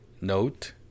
note